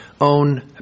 own